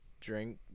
drink